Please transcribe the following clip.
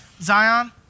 Zion